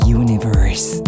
universe